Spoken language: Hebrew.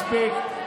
מספיק.